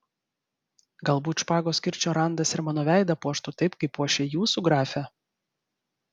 galbūt špagos kirčio randas ir mano veidą puoštų taip kaip puošia jūsų grafe